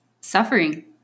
suffering